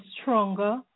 stronger